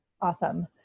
Awesome